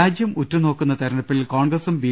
രാജ്യം ഉറ്റുനോ ക്കുന്ന തെരഞ്ഞെടുപ്പിൽ കോൺഗ്രസും ബി